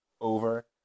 over